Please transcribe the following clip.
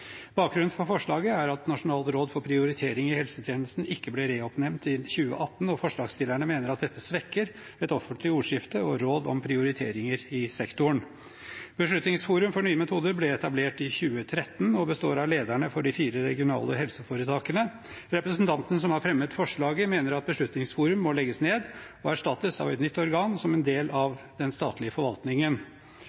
Bakgrunnen for forslaget er at Nasjonalt råd for prioritering i helsetjenesten ikke ble reoppnevnt fra 2018, og forslagsstillerne mener at dette svekker et offentlig ordskifte og råd om prioriteringer i sektoren. Beslutningsforum for nye metoder ble etablert i 2013 og består av lederne for de fire regionale helseforetakene. Representantene som har fremmet forslaget, mener at Beslutningsforum må legges ned og erstattes av et nytt organ som en del